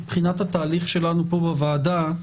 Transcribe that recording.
מבחינת התהליך שלנו בוועדה,